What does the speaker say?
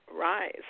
rise